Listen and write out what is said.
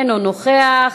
אינו נוכח,